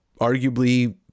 arguably